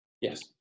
Yes